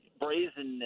brazenness